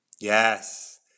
Yes